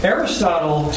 Aristotle